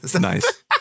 Nice